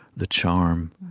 the charm,